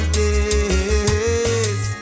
days